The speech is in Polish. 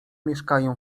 mieszkają